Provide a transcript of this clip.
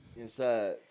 inside